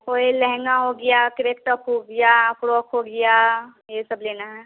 वह ही लहंगा हो गया क्रेप टॉप हो गया फ़्रॉक हो गया यही सब लेना है